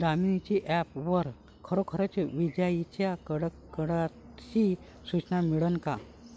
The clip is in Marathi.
दामीनी ॲप वर खरोखर विजाइच्या कडकडाटाची सूचना मिळन का?